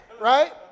right